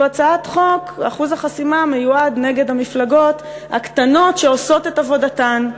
אחוז החסימה מיועד נגד המפלגות הקטנות שעושות את עבודתן,